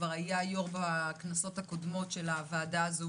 וכבר היה יו"ר בכנסות הקודמות של הוועדה הזו